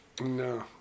No